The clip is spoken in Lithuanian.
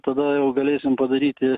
tada jau galėsim padaryti